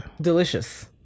delicious